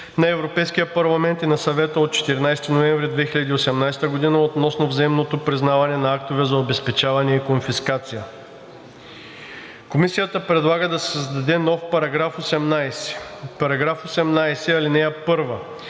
на Европейския парламент и на Съвета от 14 ноември 2018 г. относно взаимното признаване на актове за обезпечаване и конфискация.“ Комисията предлага да се създаде нов § 18: „§ 18. (1)